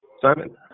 Simon